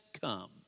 come